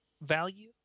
value